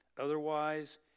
otherwise